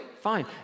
fine